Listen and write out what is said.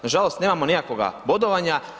Nažalost, nemamo nikakvoga bodovanja.